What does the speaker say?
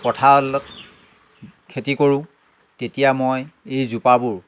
কঁঠাল খেতি কৰোঁ তেতিয়া মই এই জোপাবোৰ